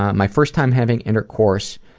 my first time having intercourse,